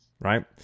right